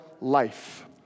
life